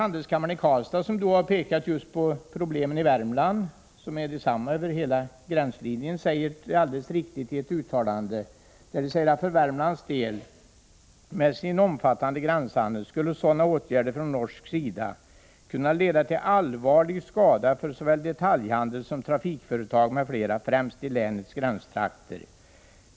Handelskammaren i Karlstad, som har pekat just på problemen i Värmland, vilka är desamma längs hela gränsen, förklarar i ett uttalande följande: ”För Värmlands del med sin omfattande gränshandel skulle sådana åtgärder från en norsk sida kunna leda till allvarlig skada för såväl detaljhandel som trafikföretag m.fl. främst i länets gränstrakter.